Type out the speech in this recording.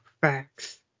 facts